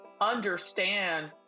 understand